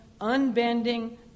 unbending